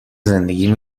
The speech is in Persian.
زندگیم